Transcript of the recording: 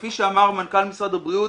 כפי שאמר מנכ"ל משרד הבריאות,